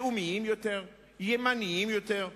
לאומיים יותר, ימניים יותר.